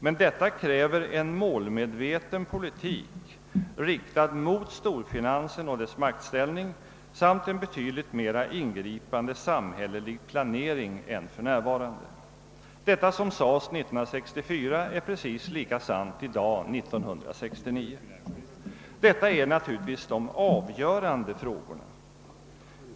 Men detta kräver en målmedveten politik, riktad mot storfinansen och dess maktställning, samt en betydligt mera ingripande samhällelig planering än för närvarande. Detta som sades 1964 är precis lika sant 1969. Detta är naturligtvis de avgörande frågorna.